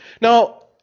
Now